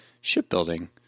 shipbuilding